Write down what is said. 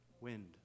wind